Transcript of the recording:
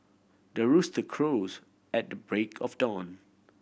the rooster crows at the break of dawn